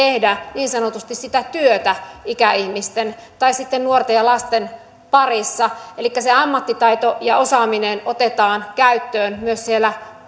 tehdä niin sanotusti sitä työtä ikäihmisten tai sitten nuorten ja lasten parissa elikkä se ammattitaito ja osaaminen otetaan käyttöön myös siellä